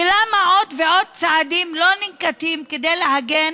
ולמה עוד ועוד צעדים לא ננקטים כדי להגן